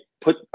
put